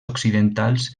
occidentals